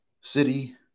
city